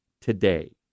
today